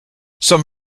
some